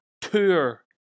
tour